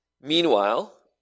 Meanwhile